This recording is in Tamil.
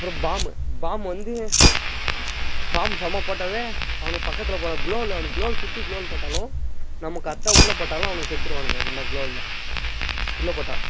அப்புறம் பாம்மு பாம்மு வந்து பாம்மு சும்மா போட்டாவே அவனுங்க பக்கத்தில் போனால் க்ளோவ் வால் அவனுங்க க்ளோவ் வாலு சுற்றி க்ளோவ் வால் போட்டாலும் நம்ம கரெக்டாக உள்ளே போட்டாலும் அவனுங்க செத்துடுவானுங்க எப்படின்னா க்ளோவ் வாலில் உள்ளே போட்டால்